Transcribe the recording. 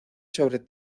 sobre